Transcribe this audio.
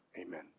Amen